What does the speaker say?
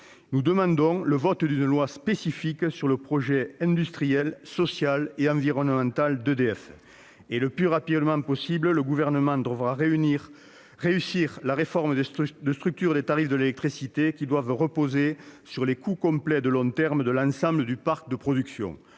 nous demandons le vote d'une loi spécifique sur le projet industriel, social et environnemental d'EDF. En outre, le Gouvernement devra réussir le plus rapidement possible une réforme de structure des tarifs de l'électricité, qui doivent reposer sur les coûts complets de long terme de l'ensemble du parc de production.